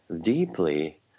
deeply